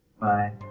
Bye